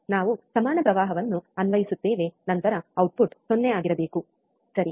ನಾವು ಸಮಾನ ಪ್ರವಾಹವನ್ನು ಅನ್ವಯಿಸುತ್ತೇವೆ ನಂತರ ಔಟ್ಪುಟ್ 0 ಆಗಿರಬೇಕು ಸರಿ